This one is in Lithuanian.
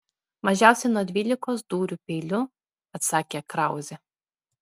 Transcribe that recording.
mažiausiai nuo dvylikos dūrių peiliu atsakė krauzė